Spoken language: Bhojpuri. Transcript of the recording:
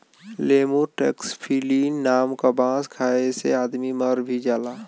लेमुर टैक्सीफिलिन नाम क बांस खाये से आदमी मर भी जाला